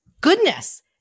Goodness